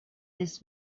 this